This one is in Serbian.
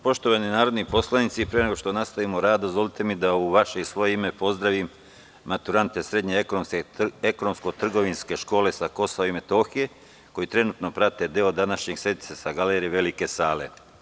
Poštovani narodi poslanici, pre nego što nastavimo rad dozvolite mi da u vaše i svoje ime pozdravim maturante srednje Ekonomsko-trgovinske škole sa Kosova i Metohije koji trenutno prate deo današnje sednice sa galerije Velike sale.